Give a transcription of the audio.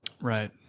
Right